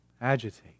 agitate